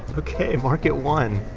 okay. mark it one.